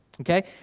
Okay